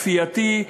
כפייתי,